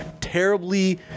terribly